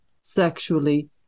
sexually